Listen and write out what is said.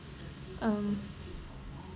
um